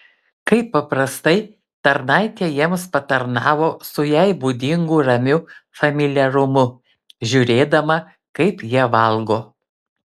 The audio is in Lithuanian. kaip paprastai tarnaitė jiems patarnavo su jai būdingu ramiu familiarumu žiūrėdama kaip jie valgo